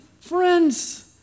friends